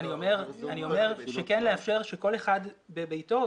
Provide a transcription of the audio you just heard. אני אומר כן לאפשר שכל אחד בביתו,